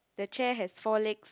the chair has four legs